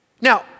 Now